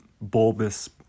bulbous